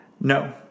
No